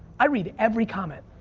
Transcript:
i read every comment.